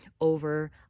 over